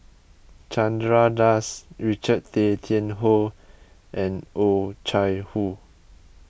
Chandra Das Richard Tay Tian Hoe and Oh Chai Hoo